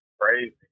Crazy